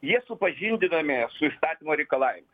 jie supažindinami su įstatymo reikalavimai